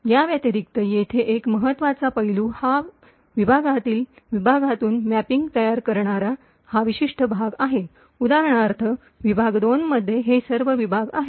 याव्यतिरिक्त येथे एक महत्वाचा पैलू हा विभागातील विभागातून मॅपिंग तयार करणारा हा विशिष्ट भाग आहे उदाहरणार्थ उदाहरणार्थ विभाग 2 मध्ये हे सर्व विभाग आहेत